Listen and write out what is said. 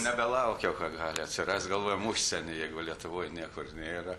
nebelaukiau ką gali atsirast galvojom užsieny jeigu lietuvoj niekur nėra